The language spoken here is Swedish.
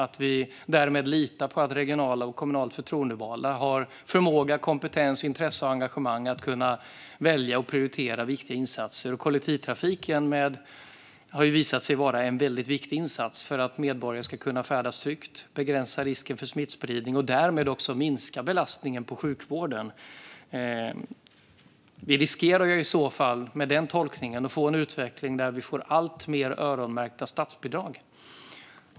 Med dem litar vi på att regionalt och kommunalt förtroendevalda har förmåga, kompetens, intresse och engagemang att kunna välja och prioritera viktiga insatser. Kollektivtrafiken har visat sig vara en väldigt viktig insats för att medborgare ska kunna färdas tryggt, begränsa risken för smittspridning och därmed minska risken belastningen på sjukvården. Med denna tolkning riskerar vi att få en utveckling med alltmer öronmärkta statsbidrag.